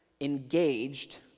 engaged